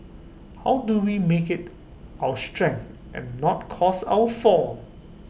how do we make IT our strength and not cause our fall